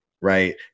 right